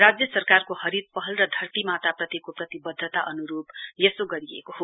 राज्य सरकारको हरित पहल र धरती माताप्रतिको प्रतिवध्दता अनुरुप यसो गरिएको हो